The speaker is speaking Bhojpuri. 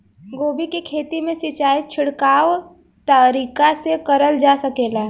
गोभी के खेती में सिचाई छिड़काव तरीका से क़रल जा सकेला?